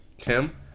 Tim